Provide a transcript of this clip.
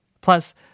Plus